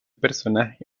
personaje